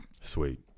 Sweet